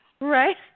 Right